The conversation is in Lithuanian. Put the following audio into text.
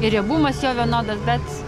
ir riebumas jo vienodas bet